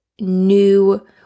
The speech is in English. new